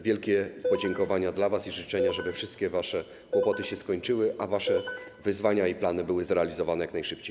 Wielkie podziękowania dla was i życzenia, żeby wszystkie wasze kłopoty się skończyły, a wasze wyzwania i plany były zrealizowane jak najszybciej.